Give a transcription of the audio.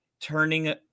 turning